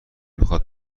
میخواد